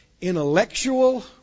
intellectual